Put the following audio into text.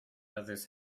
others